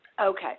Okay